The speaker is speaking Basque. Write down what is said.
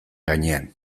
gainean